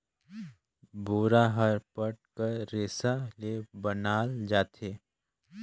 बोरा हर पट कर रेसा ले बनाल जाथे